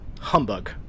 humbug